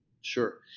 Sure